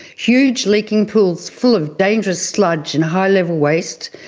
huge leaking pools full of dangerous sludge and high level waste,